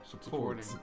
supporting